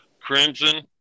Crimson